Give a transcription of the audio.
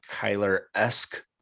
Kyler-esque